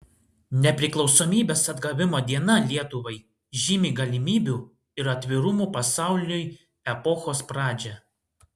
nepriklausomybės atgavimo diena lietuvai žymi galimybių ir atvirumo pasauliui epochos pradžią